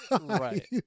Right